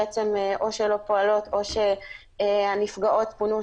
בעצם, או שלא פועלות, או שהנפגעות פונו.